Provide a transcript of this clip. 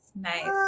nice